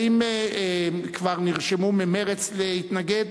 האם כבר נרשמו ממרצ להתנגד?